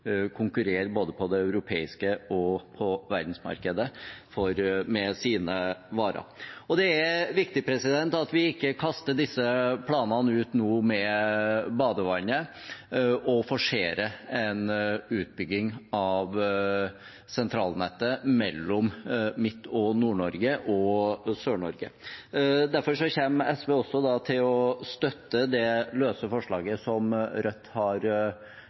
på både det europeiske markedet og på verdensmarkedet med sine varer. Det er viktig at vi nå ikke kaster disse planene ut med badevannet og forserer en utbygging av sentralnettet mellom Midt- og Nord-Norge og Sør-Norge. Derfor kommer SV til å støtte det løse forslaget som Rødt har